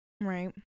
Right